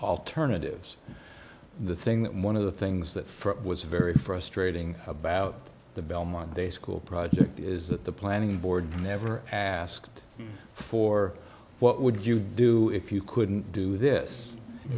alternatives the thing that one of the things that first was very frustrating about the belmont day school project is that the planning board never asked for what would you do if you couldn't do this